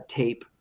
tape